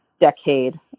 decade